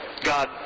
God